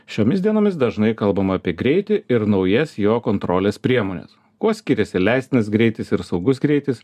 šiomis dienomis dažnai kalbama apie greitį ir naujas jo kontrolės priemones kuo skiriasi leistinas greitis ir saugus greitis